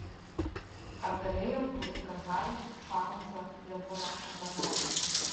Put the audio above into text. ar galėjo būti kad haris čarlzą dėl ko nors šantažavo